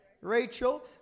Rachel